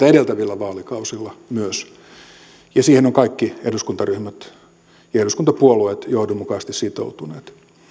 edeltävillä vaalikausilla myös ja siihen ovat kaikki eduskuntaryhmät ja eduskuntapuolueet johdonmukaisesti sitoutuneet